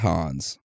Hans